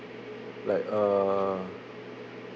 like uh